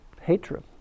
hatred